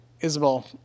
Isabel